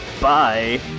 bye